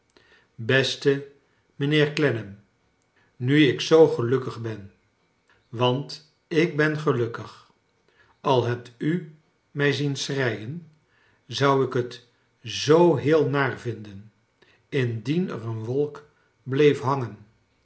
beste mijnheer clennam nu ik zoo gelukkig ben want ik ben gelukkig al hebt u mij zien scbreien zou ik t zoo heel naar vinden indien er een wolk bleef